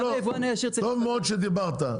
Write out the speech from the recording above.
טוב מאוד שדיברת.